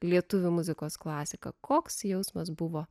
lietuvių muzikos klasika koks jausmas buvo